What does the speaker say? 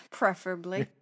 preferably